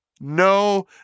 No